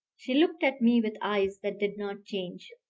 she looked at me with eyes that did not change.